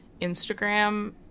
Instagram